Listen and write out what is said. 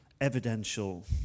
evidential